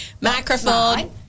Microphone